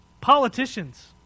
politicians